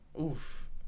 Oof